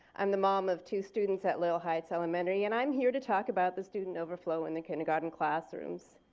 i'm the mom of two students at loyal heights elementary and i'm here to talk about the student overflow in the kindergarten classrooms.